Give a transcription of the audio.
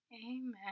Amen